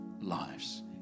lives